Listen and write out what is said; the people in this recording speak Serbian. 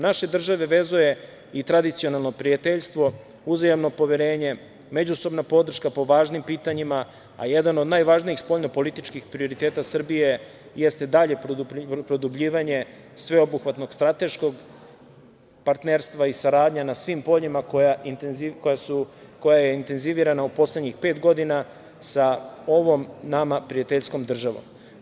Naše države vezuje i tradicionalno prijateljstvo, uzajamno poverenje, međusobna podrška po važnim pitanjima, a jedan od najvažnijih spoljnopolitičkih prioriteta Srbije jeste dalje produbljivanje sveobuhvatnog strateškog partnerstva i saradnja na svim poljima koja je intenzivirana u poslednjih pet godina sa ovom nama prijateljskom državom.